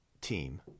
team